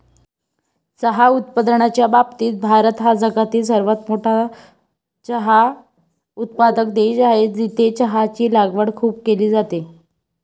चहा उत्पादनाच्या बाबतीत भारत हा जगातील सर्वात मोठा चहा उत्पादक देश आहे, जिथे चहाची लागवड खूप केली जाते